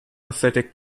athletic